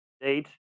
date